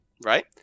right